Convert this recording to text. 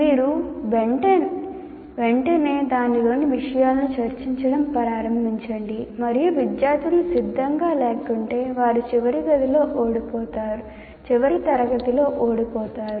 మీరు వెంటనే దానిలోని విషయాలను చర్చించడం ప్రారంభించండి మరియు విద్యార్థులు సిద్ధంగా లేకుంటే వారు చివరి తరగతిలో ఓడిపోతారు